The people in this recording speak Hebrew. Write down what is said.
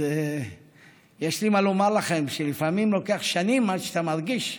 אז יש לי מה לומר לכם: לפעמים לוקח שנים עד שאתה מרגיש שהינה,